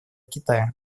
китая